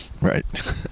Right